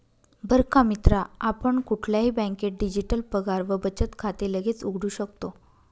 बर का मित्रा आपण कुठल्याही बँकेत डिजिटल पगार व बचत खाते लगेच उघडू शकतो